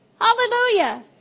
Hallelujah